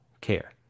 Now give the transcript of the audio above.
care